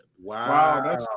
Wow